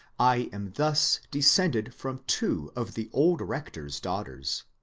i am thus descended from two of the old rector's daughters,